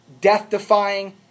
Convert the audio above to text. death-defying